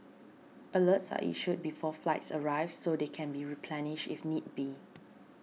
alerts are issued before flights arrive so they can be replenished if need be